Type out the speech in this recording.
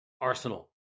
Arsenal